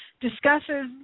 Discusses